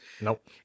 Nope